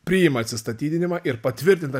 priima atsistatydinimą ir patvirtintą